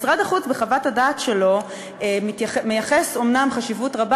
משרד החוץ בחוות הדעת שלו מייחס אומנם חשיבות רבה,